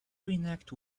reenact